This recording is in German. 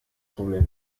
problem